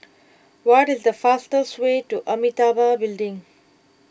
what is the fastest way to Amitabha Building